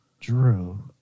Drew